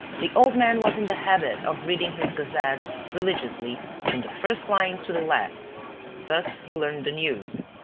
the old man was in the habit of reading his gazette religiously, from the first line to the last thus he learned the news.